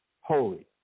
holy